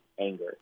anger